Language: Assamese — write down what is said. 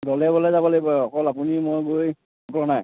দলেবলে যাব লাগিব আৰু অকল আপুনি মই গৈ নাই